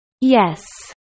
Yes